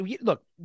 look